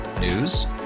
News